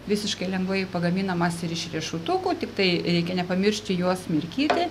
visiškai lengvai pagaminamas ir iš riešutų ko tiktai reikia nepamiršti juos mirkyti